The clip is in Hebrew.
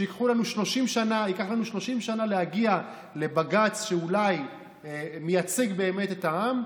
וייקח לנו 30 שנה להגיע לבג"ץ שאולי מייצג באמת את העם,